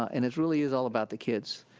and it really is all about the kids,